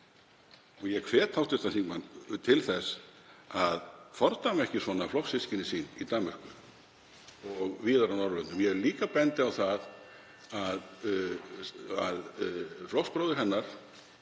og ég hvet hv. þingmann til þess að fordæma ekki svona flokkssystkini sín í Danmörku og víðar á Norðurlöndum. Ég vil líka bendi á það að flokksbróðir hennar,